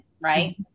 right